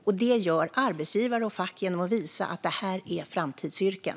Den tänds genom att arbetsgivare och fack visar att detta är framtidsyrken.